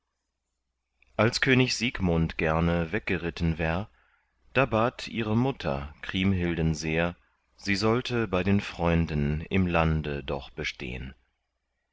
als könig siegmund gerne weggeritten wär da bat ihre mutter kriemhilden sehr sie sollte bei den freunden im lande doch bestehn